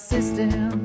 System